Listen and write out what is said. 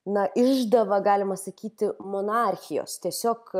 na išdava galima sakyti monarchijos tiesiog